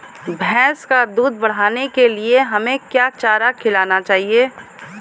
भैंस का दूध बढ़ाने के लिए हमें क्या चारा खिलाना चाहिए?